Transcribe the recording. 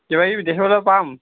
কিবা কিবি দেখিবলৈ পাম